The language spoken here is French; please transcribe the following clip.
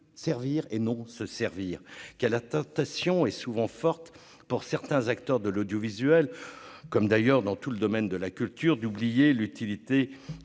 servir et non se servir qu'à la tentation est souvent forte pour certains acteurs de l'audiovisuel, comme d'ailleurs dans tout le domaine de la culture d'oublier l'utilité